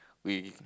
we